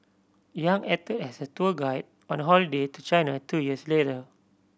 Yang act as her tour guide on a holiday to China two years later